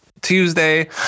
Tuesday